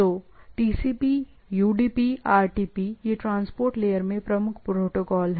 तो TCP UDP RTP ये transport layer में प्रमुख प्रोटोकॉल हैं